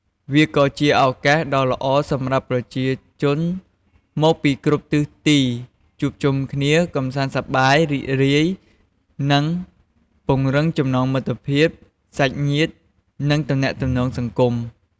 វាក៏ជាឱកាសដ៏ល្អសម្រាប់ប្រជាជនមកពីគ្រប់ទិសទីជួបជុំគ្នា កម្សាន្តសប្បាយ រីករាយ និងពង្រឹងចំណងមិត្តភាព សាច់ញាតិ និងទំនាក់ទំនងសង្គម។